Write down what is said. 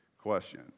question